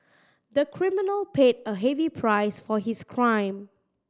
the criminal paid a heavy price for his crime